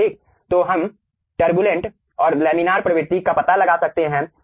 तो हम टर्बुलेंट और लैमिनार प्रवृत्ति का पता लगा सकते हैं